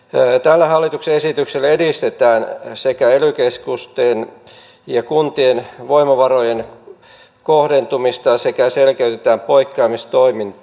tällä hallituksen esityksellä edistetään ely keskusten ja kuntien voimavarojen kohdentumista sekä selkeytetään poikkeamistoimivaltaa